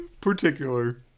particular